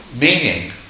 meaning